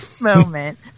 moment